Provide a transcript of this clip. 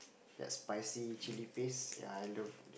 that spicy chili paste ya I love